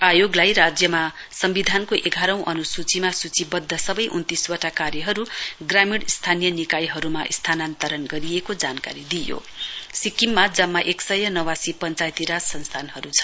आयोगलाई राज्यमा सम्बिधानको एघारौं अनुसूचीमा सूचीबद्ध सबै उन्तीस वटा कार्यहरू ग्रामीण स्थानीय निकायहरूमा स्थानान्तरण गरिएको जानकारी सिक्किममा जम्मा एक सय नवासी पञ्चायती राज संस्थानहरू छन्